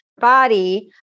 body